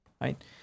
right